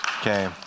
Okay